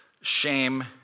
shame